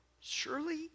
surely